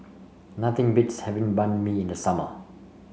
nothing beats having Banh Mi in the summer